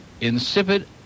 insipid